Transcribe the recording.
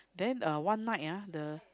then uh one night ah the